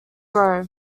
row